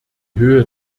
höhe